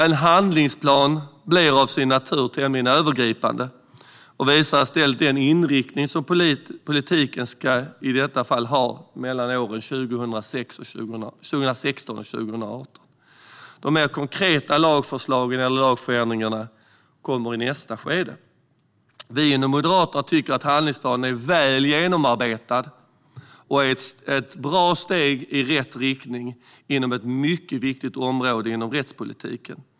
En handlingsplan blir till sin natur tämligen övergripande och visar i stället den inriktning som politiken i detta fall ska ha mellan 2016 och 2018. De mer konkreta lagförslagen eller lagförändringarna kommer i nästa skede. Vi i Moderaterna tycker att handlingsplanen är väl genomarbetad och ett bra steg i rätt riktning på ett mycket viktigt område inom rättspolitiken.